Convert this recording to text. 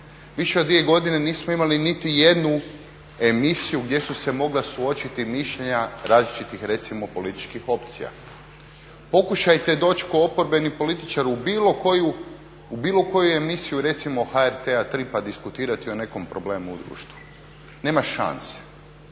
Više dvije godine nismo imali niti jednu emisiju gdje su se mogla suočiti mišljenja različitih recimo političkih opcija. Pokušajte doći kao oporbeni političar u bilo koju emisiju recimo HRT-a tri pa diskutirati o nekom problemu u društvu. Nema šanse.